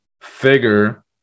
figure